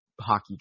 hockey